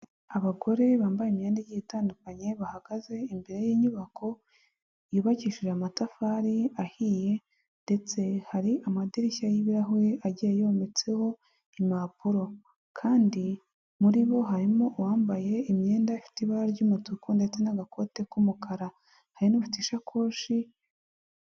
Abagore bambaye imyenda igiye itandukanye bahagaze imbere y'inyubako, yubakishije amatafari ahiye, ndetse hari amadirishya y'ibirahure, agiye yometseho impapuro, kandi muri bo harimo uwambaye imyenda ifite ibara ry'umutuku, ndetse n'agakote k'umukara, hari n'ufite isakoshi.